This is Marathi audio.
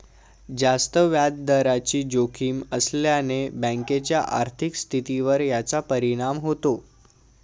जास्त व्याजदराची जोखीम असल्याने बँकेच्या आर्थिक स्थितीवर याचा परिणाम होतो